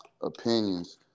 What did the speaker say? opinions